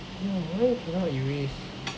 no why I cannot erase